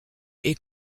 est